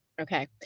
Okay